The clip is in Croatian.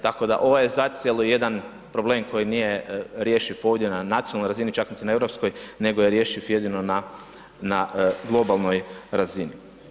Tako da ovo je zacijelo jedan problem koji nije rješiv ovdje na nacionalnoj razini, čak niti na europskoj, nego je rješiv jedino na, na globalnoj razini.